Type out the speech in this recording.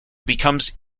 becomes